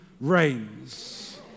reigns